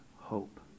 hope